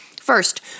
First